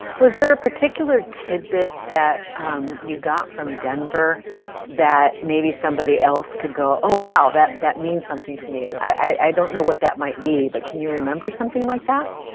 was there a particular tidbit that um you got from denver that maybe somebody else could go oh wow, that that means something to me. i don't know what that might be but can you remember something like that?